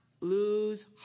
lose